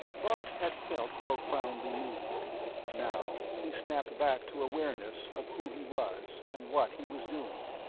bart had felt profoundly moved now he snapped back to awareness of who he was and what he was doing.